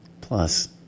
plus